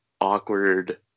awkward